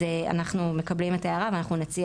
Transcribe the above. אז אנחנו מקבלים את ההערה ואנחנו נציע